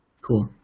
Cool